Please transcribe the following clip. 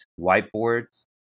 whiteboards